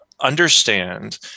understand